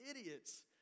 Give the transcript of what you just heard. idiots